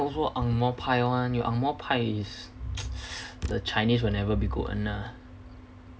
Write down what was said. also angmoh-pai [one] you angmor pai is the chinese will never be good [one] ah